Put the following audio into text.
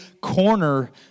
corner